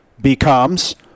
becomes